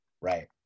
Right